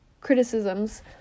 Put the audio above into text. criticisms